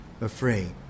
afraid